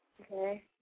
okay